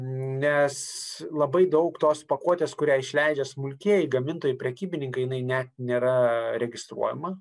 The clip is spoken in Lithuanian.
nes labai daug tos pakuotės kurią išleidžia smulkieji gamintojai prekybininkai jinai net nėra registruojama